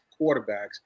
quarterbacks